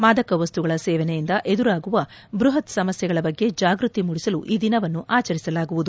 ಮಾದಕವಸ್ತುಗಳ ಸೇವನೆಯಿಂದ ಎದುರಾಗುವ ಬೃಹತ್ ಸಮಸ್ಯೆಗಳ ಬಗ್ಗೆ ಜಾಗೃತಿ ಮೂದಿಸಲು ಈ ದಿನವನ್ನು ಆಚರಿಸಲಾಗುವುದು